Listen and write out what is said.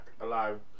alive